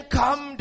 come